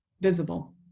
visible